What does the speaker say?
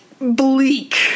bleak